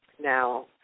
Now